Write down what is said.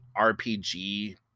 RPG